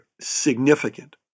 significant